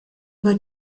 über